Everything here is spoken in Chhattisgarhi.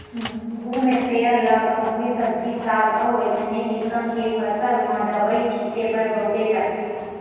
बूम इस्पेयर ल गहूँए सब्जी साग अउ असइने किसम के फसल म दवई छिते बर बउरे जाथे